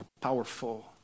powerful